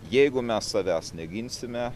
jeigu mes savęs neginsime